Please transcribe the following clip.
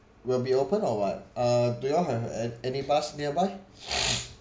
will be open or what uh do y'all have an any bus nearby